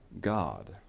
God